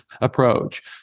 approach